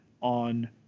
on